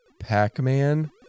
Pac-Man